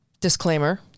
Disclaimer